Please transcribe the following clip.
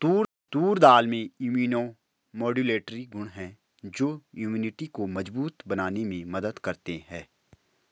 तूर दाल में immunomodulatory गुण हैं जो इम्यूनिटी को मजबूत बनाने में मदद करते है